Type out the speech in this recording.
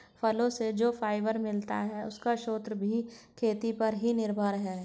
फलो से जो फाइबर मिलता है, उसका स्रोत भी खेती पर ही निर्भर है